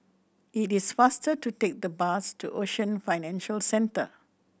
it is faster to take the bus to Ocean Financial Centre